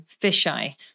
fisheye